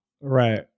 Right